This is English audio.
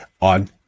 on